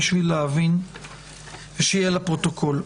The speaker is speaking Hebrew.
אני רוצה להבין ושיהיה לפרוטוקול,